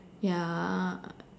ya